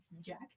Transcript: Jack